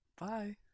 Bye